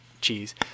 cheese